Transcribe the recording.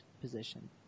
position